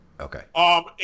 Okay